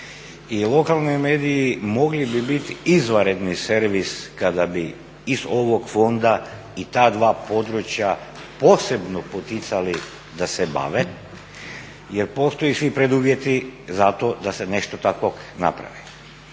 lokalni mediji mogli bi biti izvanredni servis kada bi iz ovog fonda i ta dva područja posebno poticali da se bave jel postoje svi preduvjeti zato da se nešto takvog napravi.